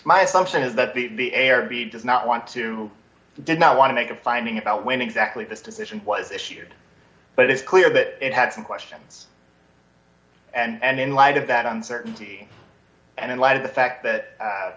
my assumption is that the the a or b does not want to did not want to make a finding about when exactly this decision was issued but it's clear that it had some questions and in light of that uncertainty and in light of the fact that